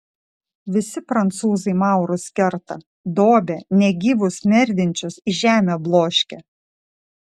visi prancūzai maurus kerta dobia negyvus merdinčius į žemę bloškia